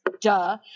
Duh